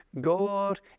God